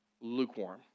lukewarm